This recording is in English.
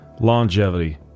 longevity